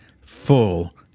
full